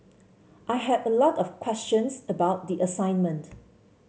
I had a lot of questions about the assignment